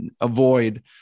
avoid